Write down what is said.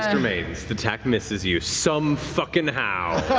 yeah remains, the attack misses you, some fucking how.